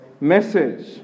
message